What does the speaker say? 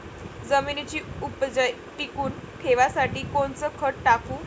जमिनीची उपज टिकून ठेवासाठी कोनचं खत टाकू?